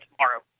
tomorrow